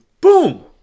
Boom